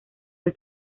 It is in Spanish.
del